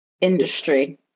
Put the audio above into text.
industry